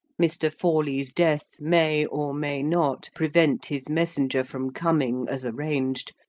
mr. forley's death may, or may not, prevent his messenger from coming as arranged.